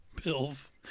pills